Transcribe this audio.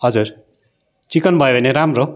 हजुर चिकन भयो भने राम्रो